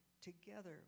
together